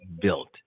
built